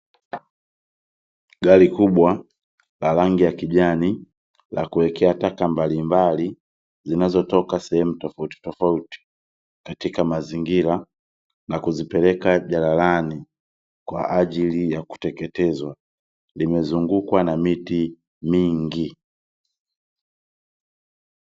Gari kubwa la rangi ya kijani la kuwekea taka mbalimbali zinazotoka sehemu tofauti tofauti, katika mazingira na kuzipeleka jalalani kwa ajili ya kuteketezwa, limezungukwa na miti mingi.